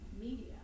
media